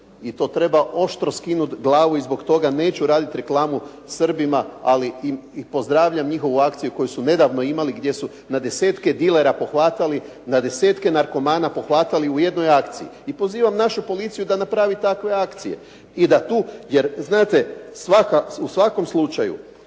i to treba oštro skinuti glavu i zbog toga neću raditi reklamu Srbima, ali pozdravljam njihovu akciju koju su nedavno imali gdje su na desetke dilera pohvatali, na desetke narkomana pohvatali u jednoj akciji. I pozivam našu policiju da napravi takve akcije. I da tu, jer znate u svakom slučaju